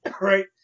Right